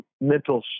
mental